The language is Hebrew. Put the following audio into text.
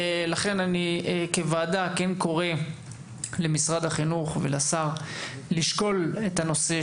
לכן כוועדה אני קורא למשרד החינוך ולשר לשקול את הנושא,